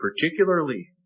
particularly